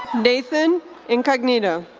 nathan incognito.